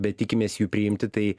bet tikimės jų priimti tai